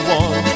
one